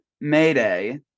Mayday